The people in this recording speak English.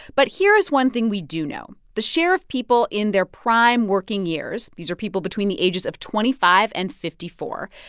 but here is one thing we do know. the share of people in their prime working years these are people between the ages of twenty five and fifty four.